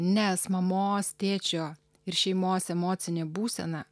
nes mamos tėčio ir šeimos emocinė būsena